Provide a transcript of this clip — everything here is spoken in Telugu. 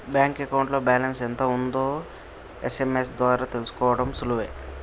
బ్యాంక్ అకౌంట్లో బ్యాలెన్స్ ఎంత ఉందో ఎస్.ఎం.ఎస్ ద్వారా తెలుసుకోడం సులువే